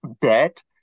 Bet